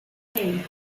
hey